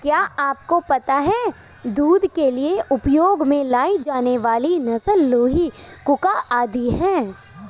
क्या आपको पता है दूध के लिए उपयोग में लाई जाने वाली नस्ल लोही, कूका आदि है?